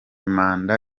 manda